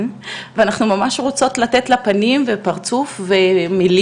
ואנחנו ממש רוצות לתת לה פנים ופרצוף ומילים,